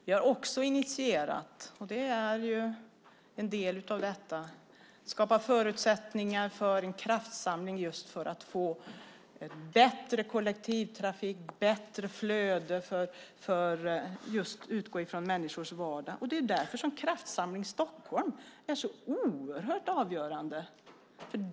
Vi har också initierat att skapa förutsättningar för en kraftsamling för att få bättre kollektivtrafik och ett bättre flöde genom att utgå från människors vardag. Därför är Kraftsamling Stockholm så oerhört avgörande.